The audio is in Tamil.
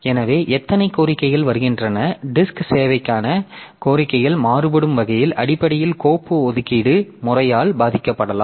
எனவே எத்தனை கோரிக்கைகள் வருகின்றன டிஸ்க் சேவைக்கான கோரிக்கைகள் மாறுபடும் வகையின் அடிப்படையில் கோப்பு ஒதுக்கீடு முறையால் பாதிக்கப்படலாம்